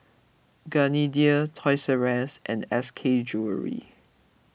Gardenia Toys R U S and S K jewellery